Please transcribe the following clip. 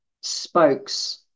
spokes